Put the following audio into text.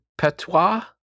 Petois